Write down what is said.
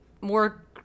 More